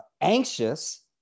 anxious